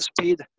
speed